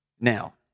Now